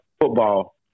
football